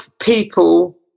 people